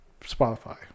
Spotify